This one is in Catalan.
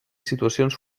situacions